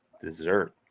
dessert